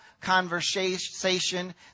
conversation